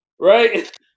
Right